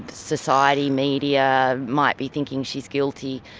society, media, might be thinking she's guilty.